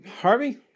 Harvey